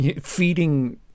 feeding